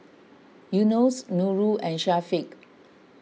Yunos Nurul and Syafiq